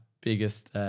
biggest –